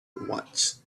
watched